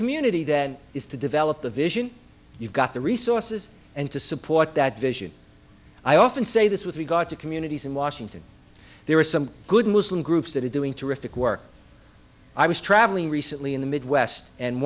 community then is to develop the vision you've got the resources and to support that vision i often say this with regard to communities in washington there are some good muslim groups that are doing terrific work i was traveling recently in the midwest and